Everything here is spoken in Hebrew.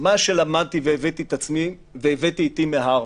מה שלמדתי והבאתי איתי מהרווארד,